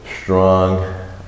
strong